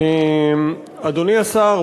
אדוני השר,